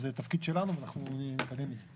זה תפקיד שלנו ואנחנו נקדם את זה.